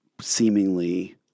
seemingly